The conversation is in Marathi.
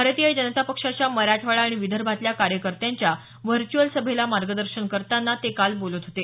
भारतीय जनता पक्षाच्या मराठवाडा आणि विदर्भातल्या कार्यकर्त्यांच्या व्हर्च्येअल सभेला मार्गदर्शन करताना ते बोलत होते